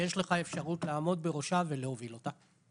שיש לך אפשרות לעמוד בראשה ולהוביל אותה.